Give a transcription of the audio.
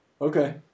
Okay